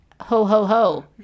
Ho-ho-ho